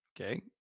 Okay